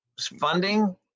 funding